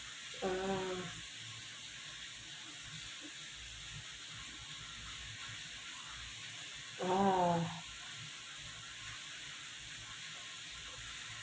uh uh